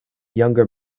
younger